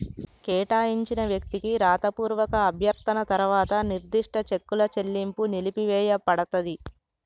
కేటాయించిన వ్యక్తికి రాతపూర్వక అభ్యర్థన తర్వాత నిర్దిష్ట చెక్కుల చెల్లింపు నిలిపివేయపడతది